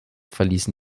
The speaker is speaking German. verließen